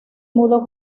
mudó